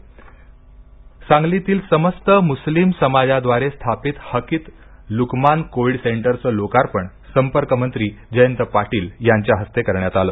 Hakim Lakman Covid centre Sangli सांगलीतील समस्त मुस्लिम समाजाद्वारे स्थापित हकीम लुकमान कोविड सेंटरचे लोकार्पण संपर्क मंत्री जयंत पाटील यांच्या हस्ते करण्यात आले